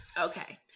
Okay